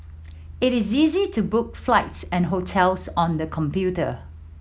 it is easy to book flights and hotels on the computer